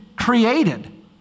created